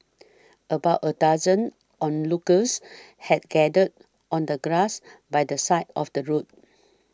about a dozen onlookers had gathered on the grass by the side of the road